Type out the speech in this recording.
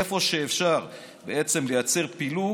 איפה שאפשר לייצר פילוג